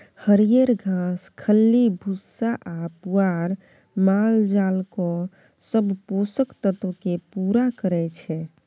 हरियर घास, खल्ली भुस्सा आ पुआर मालजालक सब पोषक तत्व केँ पुरा करय छै